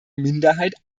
minderheit